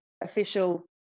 official